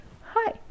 hi